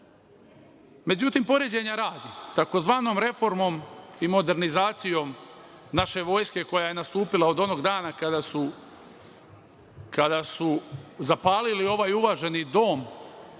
države.Međutim, poređenja radi, tzv. reformom i modernizacijom naše vojske koja je nastupila od onog dana kada su zapalili ovaj uvaženi dom,